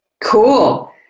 Cool